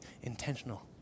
intentional